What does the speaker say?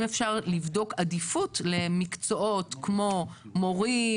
אפשר לבדוק עדיפות למקצועות כמו מורים,